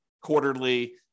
quarterly